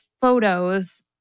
photos